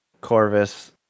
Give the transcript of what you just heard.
Corvus